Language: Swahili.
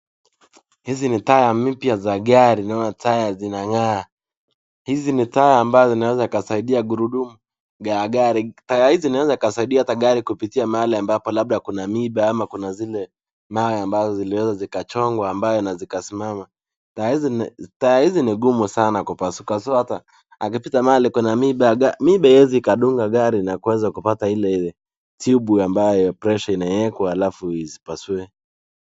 Hizii ni taa mpya za gari naona taa zinangaa. Hizi ni taa ambaye inaweza kasaidia gurudumu ya gari. Taa hizi zinaweza kasaidia hata gari kupitia mahali ambapo labda kuna miba ama kuna zile mawe ambazo ziliweza zikachongwa ambayo na zikasimama. Taa hizi ni ngumu sanaa kupasuka so hata akipita mahaki kuna miba, miba haiwezi ikadunga gari na kuweza kupata ile tube ambayo pressure inawekwa alafu isipasue.